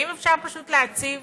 האם אפשר פשוט להציב